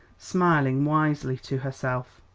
smiling wisely to herself.